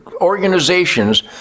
organizations